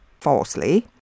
falsely